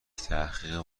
تحقیق